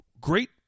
great